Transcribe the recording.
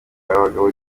abagabo